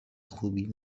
خوبی